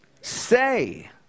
Say